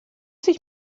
sich